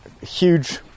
huge